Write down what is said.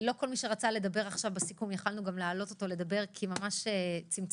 לא כל מי שרצה לדבר עכשיו בסיכום יכולנו לאפשר לו לדבר כי ממש צמצמנו,